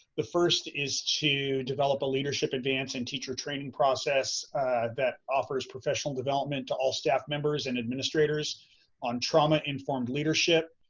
the first is to develop a leadership advance and teacher training process that offers professional development to all staff members and administrators on trauma informed leadership,